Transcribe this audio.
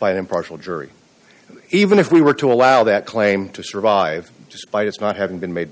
by an impartial jury even if we were to allow that claim to survive despite us not having been made